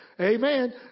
Amen